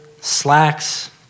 slacks